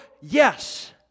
Yes